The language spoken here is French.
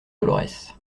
dolorès